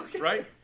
right